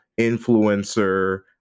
Influencer